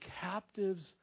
captives